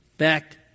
back